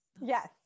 Yes